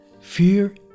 Fear